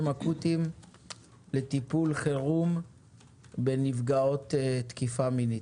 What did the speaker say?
אקוטיים לטיפול חירום בנפגעות תקיפה מינית.